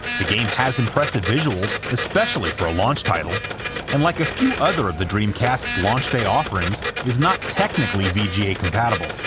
the game has impressive visuals, especially for a launch title and like a few other of the dreamcast's launch day offerings is not technically vga compatible,